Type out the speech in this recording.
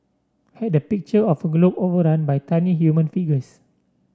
had the picture of a globe overrun by tiny human figures